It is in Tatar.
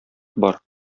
бар